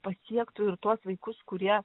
pasiektų ir tuos vaikus kurie